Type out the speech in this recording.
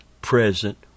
present